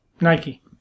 Nike